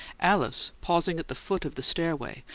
alice, pausing at the foot of the stairway,